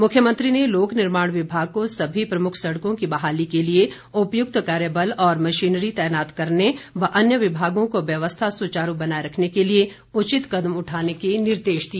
मुख्यमंत्री ने लोक निर्माण विभाग को सभी प्रमुख सड़कों की बहाली के लिए उपयुक्त कार्यबल और मशीनरी तैनात करने और अन्य विभागों को व्यवस्था सुचारू बनाए रखने के लिए उचित कदम उठाने के निर्देश दिए